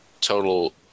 total